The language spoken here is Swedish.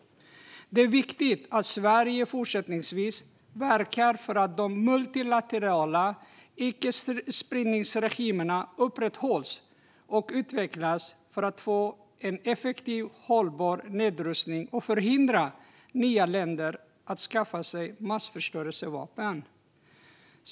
Det är viktigt att Sverige fortsättningsvis verkar för att de multilaterala icke-spridningsregimerna upprätthålls och utvecklas för att få en effektiv och hållbar nedrustning och för att förhindra att nya länder skaffar sig massförstörelsevapen.